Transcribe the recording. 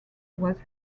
was